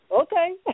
okay